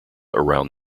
around